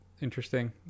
interesting